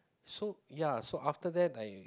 so ya after that I